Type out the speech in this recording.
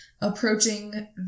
approaching